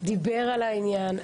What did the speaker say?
דיבר על העניין.